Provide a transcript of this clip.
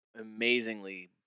amazingly